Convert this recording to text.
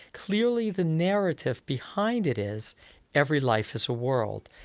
clearly the narrative behind it is every life is a world,